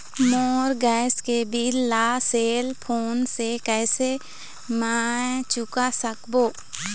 मोर gas के bill ला cell phone से कैसे म चुका सकबो?